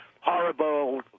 horrible